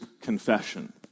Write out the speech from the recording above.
confession